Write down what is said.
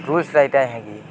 rules ଦାଇତାଏ ହେ କିି